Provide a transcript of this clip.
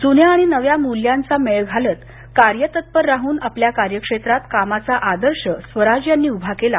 जुन्या आणि नव्या मुल्यांचा मेळ घालत कार्यतत्पर राहून आपल्या कार्यक्षेत्रांत कामाचा आदर्श स्वराज यांनी उभा केला